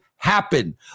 Happen